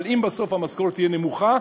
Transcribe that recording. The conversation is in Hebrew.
אבל אם בסוף המשכורת תהיה נמוכה,